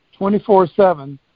24-7